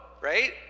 right